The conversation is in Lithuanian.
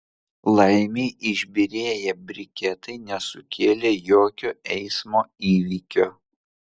laimei išbyrėję briketai nesukėlė jokio eismo įvykio